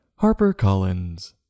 HarperCollins